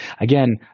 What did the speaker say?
again